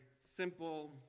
simple